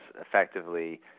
effectively